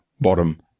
bottom